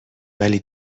ولی